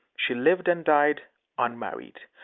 she lived and died unmarried.